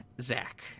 Zach